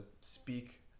speak